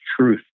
truth